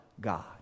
God